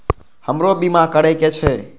हमरो बीमा करीके छः?